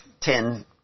ten